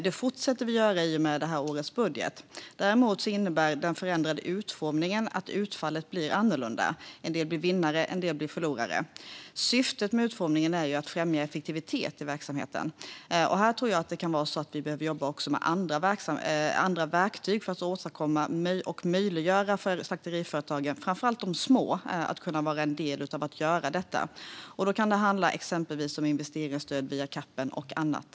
Det fortsätter vi att göra i och med årets budget. Den förändrade utformningen innebär däremot att utfallet blir annorlunda. En del blir vinnare, en del blir förlorare. Syftet med utformningen är att främja effektivitet i verksamheten. Här kan vi behöva jobba också med andra verktyg för att åstadkomma och möjliggöra för framför allt de små slakteriföretagen att kunna vara en del av att göra detta. Det kan exempelvis handla om investeringsstöd via CAP och annat.